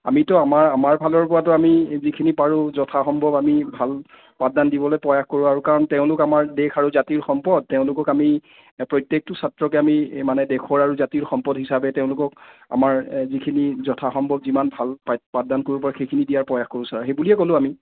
আমিতো আমাৰ আমাৰ ফালৰ পৰাতো আমি যিখিনি পাৰোঁ যথাসম্ভৱ আমি ভাল পাঠদান দিবলৈ প্ৰয়াস কৰোঁ আৰু কাৰণ তেওঁলোক আমাৰ দেশ আৰু জাতিৰ সম্পদ তেওঁলোকক আমি প্ৰত্যেকটো ছাত্ৰকে আমি মানে দেশৰ আৰু জাতিৰ সম্পদ হিচাপে তেওঁলোকক আমাৰ যিখিনি যথাসম্ভৱ যিমান ভাল পাঠদান কৰিব পাৰোঁ সেইখিনি দিয়াৰ প্ৰয়াস কৰোঁ আৰু সেইবুলিয়ে ক'লোঁ আমি